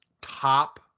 top